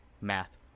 Math